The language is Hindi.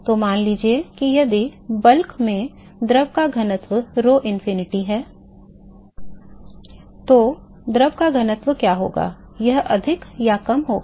तो मान लीजिए कि यदि बल्क में द्रव का घनत्व rho infinity है तो द्रव का घनत्व क्या होगा यह अधिक या कम होगा